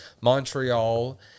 Montreal